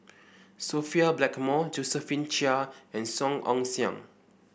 Sophia Blackmore Josephine Chia and Song Ong Siang